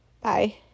Bye